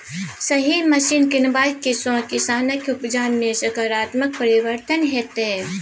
सही मशीन कीनबाक सँ किसानक उपजा मे सकारात्मक परिवर्तन हेतै